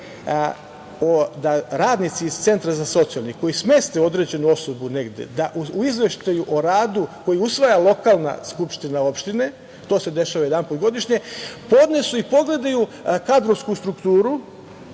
da radnici iz centra za socijalni rad, koji smeste određenu osobu negde, u izveštaju o radu koji usvaja lokalna skupština opštine, to se dešava jedanput godišnje, podnesu i pogledaju kadrovsku strukturu,